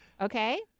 Okay